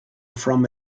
from